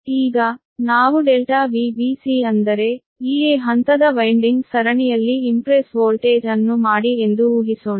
ಈಗ ನಾವು ∆Vbc ಅಂದರೆ ಈ a ಹಂತದ ಅಂಕುಡೊಂಕಾದ ಸರಣಿಯಲ್ಲಿ ವೋಲ್ಟೇಜ್ ಅನ್ನು ಇಂಪ್ರೆಸ್ ಮಾಡಿ ಎಂದು ಊಹಿಸೋಣ